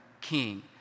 king